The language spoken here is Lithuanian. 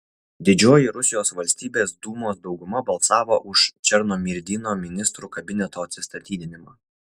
didžioji rusijos valstybės dūmos dauguma balsavo už černomyrdino ministrų kabineto atsistatydinimą